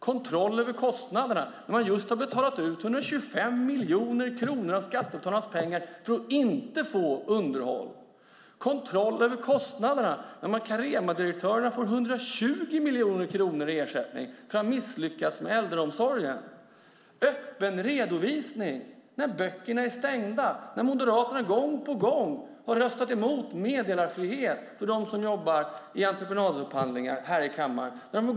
Kontroll över kostnaderna? Man har just betalat ut 125 miljoner kronor av skattebetalarnas pengar för att inte få underhåll. Kontroll över kostnaderna? Caremadirektörerna får 120 miljoner kronor i ersättning för att ha misslyckats med äldreomsorgen. Öppen redovisning? Böckerna är stängda. Moderaterna har gång på gång här i kammaren röstat emot meddelarfrihet för dem som jobbar i entreprenadupphandlingar.